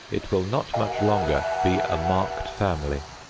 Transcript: it will not much longer be a marked family.